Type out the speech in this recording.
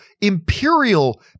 imperial